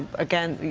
again,